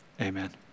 Amen